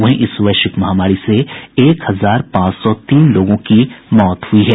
वहीं इस वैश्विक महामारी से एक हजार पांच सौ तीन लोगों की मौत हुई है